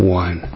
one